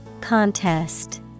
Contest